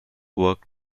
work